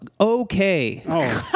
okay